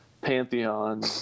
Pantheon